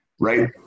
right